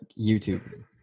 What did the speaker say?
YouTube